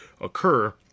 occur